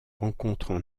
rencontrent